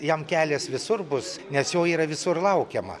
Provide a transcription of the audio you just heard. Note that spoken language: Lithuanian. jam kelias visur bus nes jo yra visur laukiama